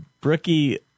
Brookie